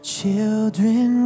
Children